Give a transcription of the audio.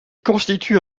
constitue